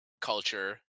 culture